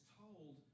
told